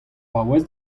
paouez